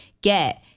get